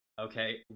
Okay